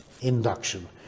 induction